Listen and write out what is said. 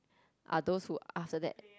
are those who after that